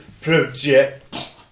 Project